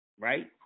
Right